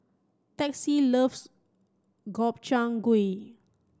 Texie loves Gobchang Gui